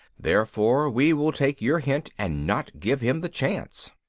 therefore we will take your hint and not give him the chance.